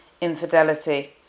infidelity